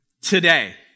today